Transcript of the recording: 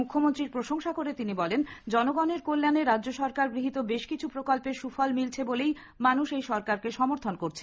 মুখ্যমন্ত্রীর প্রশংসা করে তিনি বলেন জনগণের কল্যাণে রাজ্য সরকার গৃহীত বেশ কিছু প্রকল্পের সুফল মিলছে বলেই মানুষ এই সরকারকে সমর্থন করছে